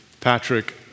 Patrick